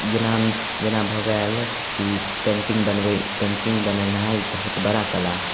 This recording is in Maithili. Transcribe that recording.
जेना जेना भऽ गेल कि पेन्टिंग बनबय पेन्टिंग बनेनाइ बहुत बड़ा कला हइ